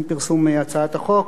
עם פרסום הצעת החוק.